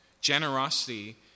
Generosity